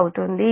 అవుతుంది